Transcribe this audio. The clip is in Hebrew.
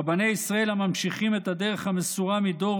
רבני ישראל הממשיכים את הדרך המסורה מדור